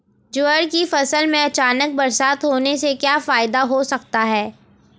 ज्वार की फसल में अचानक बरसात होने से क्या फायदा हो सकता है?